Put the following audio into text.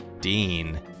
Dean